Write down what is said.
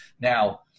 Now